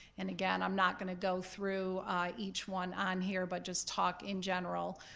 and, again, i'm not going to go through each one on here but just talk in general.